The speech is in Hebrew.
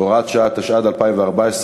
התשע"ד 2014,